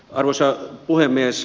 arvoisa puhemies